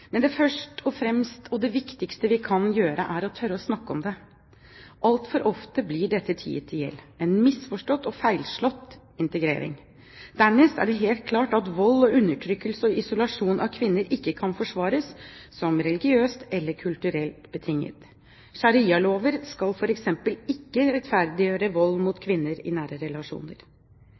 men det første og viktigste vi kan gjøre, er å tørre å snakke om det. Altfor ofte blir dette tiet i hjel, en misforstått og feilslått integrering. Dernest er det helt klart at vold og undertrykkelse og isolasjon av kvinner ikke kan forsvares som religiøst eller kulturelt betinget. Sharialover skal f.eks. ikke rettferdiggjøre vold mot kvinner i nære relasjoner.